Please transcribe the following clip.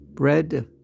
Bread